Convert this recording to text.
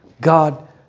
God